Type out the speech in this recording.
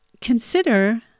Consider